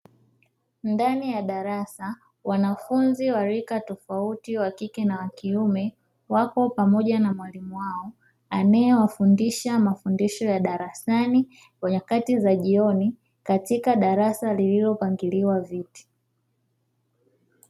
Ndani ya darasa wanafunzi wa rika tofauti wakike na wakiume wako pamoja na mwalimu wao, anaewafundisha mafundisho ya darasani kwa nyakati za jioni katika darasa lililopangiliwa viti.